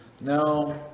no